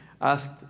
asked